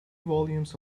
volumes